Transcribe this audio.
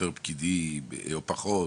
יותר פקידים או פחות?